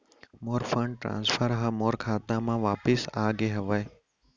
मोर fund transfer हा मोर खाता मा वापिस आ गे हवे